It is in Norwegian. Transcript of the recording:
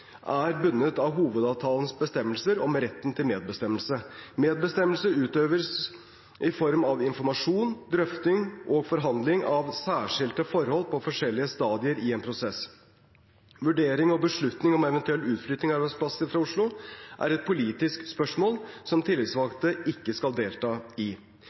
er bundet av Hovedavtalens bestemmelser om retten til medbestemmelse. Medbestemmelse utøves i form av informasjon, drøfting og forhandling av særskilte forhold på forskjellige stadier i en prosess. Vurdering og beslutning om eventuell utflytting av arbeidsplasser fra Oslo er et politisk spørsmål som tillitsvalgte ikke skal delta i.